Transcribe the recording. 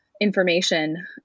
information